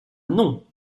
non